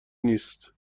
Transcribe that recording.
نیست